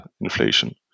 inflation